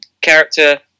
character